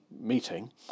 meeting